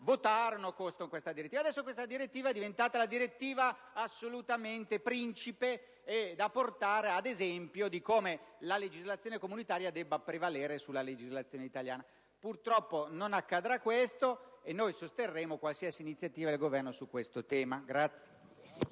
votarono contro questa direttiva. Adesso quest'ultima è diventata la direttiva assolutamente principe da portare ad esempio di come la legislazione comunitaria debba prevalere sulla legislazione italiana. Purtroppo non accadrà questo, e noi sosterremo qualsiasi iniziativa del Governo su questo tema.